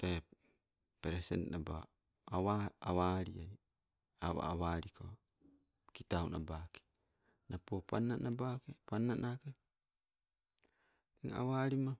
tee present naba, awa, awalia awa awa liko kitau nabake nepo pannanabake, pannanake eng awa lima